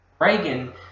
Reagan